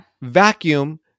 Vacuum